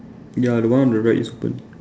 ya the one on the right is open